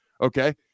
Okay